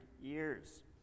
years